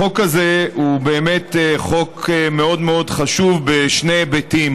החוק הזה הוא באמת חוק מאוד מאוד חשוב בשני היבטים: